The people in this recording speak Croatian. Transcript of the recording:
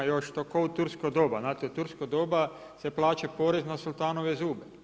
Još to kao u tursko doba, znate u tursko doba se plaćao porez na sultanove zube.